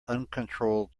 uncontrolled